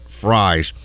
fries